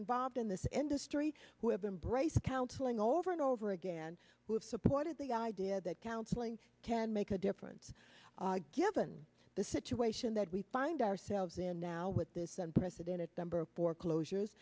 involved in this industry who have embraced counseling over and over again who have supported the idea that counseling can make a difference given the situation that we find ourselves in now with this unprecedented number of foreclosures